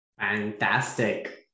Fantastic